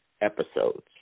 episodes